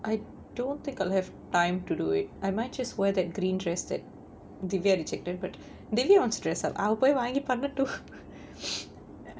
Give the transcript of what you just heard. I don't think I'll have time to do it I might just wear that green dress that devia rejected but devi wants to dress up அவ போய் வாங்கி பண்ணட்டும்:ava poi vaangi pannattum